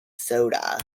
soda